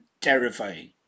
terrifying